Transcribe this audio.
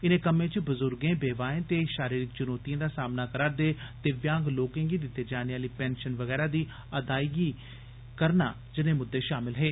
इनें कम्में च बजुर्गे बेवाएं ते शारीरिक चुनोतिएं दा सामना करा'रदे दिव्यांग लोकें गी दित्ती जाने आली पैंशन बगैरा दी अदायगी करना जनेह् मुद्दे शामल हे